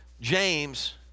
James